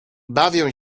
bawią